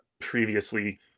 previously